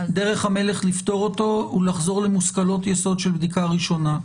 דרך המלך לפתור אותו היא לחזור למושכלות יסוד של בדיקה ראשונה.